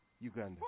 Uganda